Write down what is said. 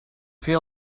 fer